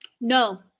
No